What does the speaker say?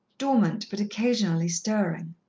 dormant but occasionally stirring.